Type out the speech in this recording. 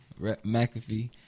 McAfee